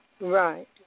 Right